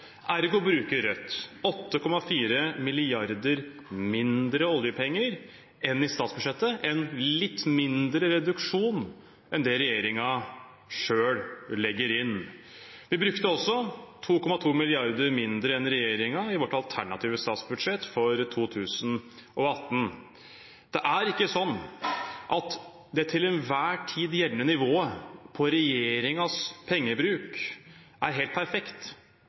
Ergo bruker Rødt 8,4 mrd. kr mindre oljepenger enn man bruker i statsbudsjettet – en litt mindre reduksjon enn det regjeringen selv legger inn. Vi brukte også 2,2 mrd. kr mindre enn regjeringen i vårt alternative statsbudsjett for 2018. Det er ikke sånn at det til enhver tid gjeldende nivået på regjeringens pengebruk er helt perfekt.